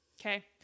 Okay